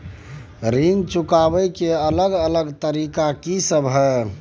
ऋण चुकाबय के अलग अलग तरीका की सब हय?